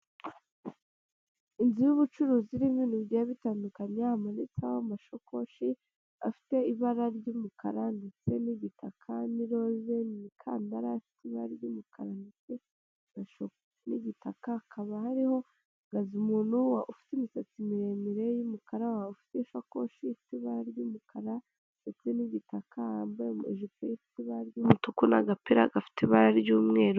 Inzu y'ubucuruzi nibinu byari bitandukanya amaanitseho amashakoshi afite ibara ry'umukara ndetse n'igitaka n'iroze' imikandara ifite ibara ry'umukara ndetse afite n'ibitaka hakaba hariho hahagaze umuntu ufite imisatsi miremire y'umukara w'ishishakoshi ifitr ibara ry'umukara ndetse n'igitaka yambaye ijipo y'ibara ry'umutuku n'agapira gafite ibara ry'umweru.